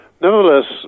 nevertheless